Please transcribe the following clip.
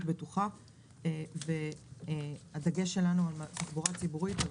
בטוחה והדגש שלנו על תחבורה ציבורית,